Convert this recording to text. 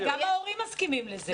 גם ההורים מסכימים לזה.